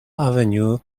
avenue